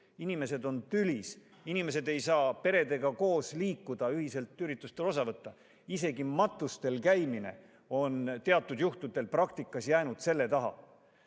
inimesed on tülis, inimesed ei saa peredega koos liikuda, ühiselt üritustest osa võtta, isegi matustel käimine on teatud juhtudel jäänud selle taha.